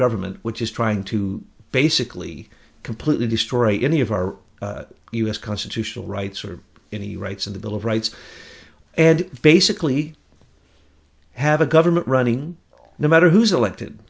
government which is trying to basically completely destroy any of our u s constitutional rights or any rights in the bill of rights and basically have a government running no matter who's elected